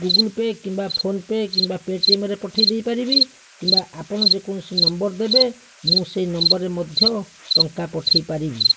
Google Pay' କିମ୍ବା PhonePe' କିମ୍ବା ପେଟିଏମ୍ରେ ପଠେଇଦେଇ ପାରିବି କିମ୍ବା ଆପଣ ଯେକୌଣସି ନମ୍ବର୍ ଦେବେ ମୁଁ ସେହି ନମ୍ବର୍ରେ ମଧ୍ୟ ଟଙ୍କା ପଠେଇପାରିବି